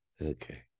Okay